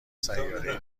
سیارهای